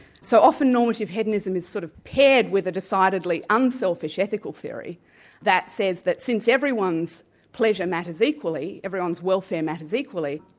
so often normative hedonism is sort of paired with a decidedly unselfish ethical theory that says that since everyone's pleasure matters equally, everyone's welfare matters equally,